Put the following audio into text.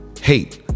hate